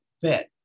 fit